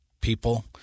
people